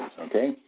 okay